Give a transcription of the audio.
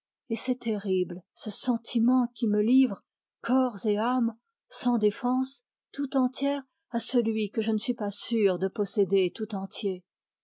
et c'est terrible ce sentiment qui me livre corps et âme sans défense tout entière à celui que je ne suis pas sûre de posséder tout entier